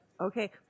Okay